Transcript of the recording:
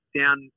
down